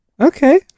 okay